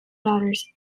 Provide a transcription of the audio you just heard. daughters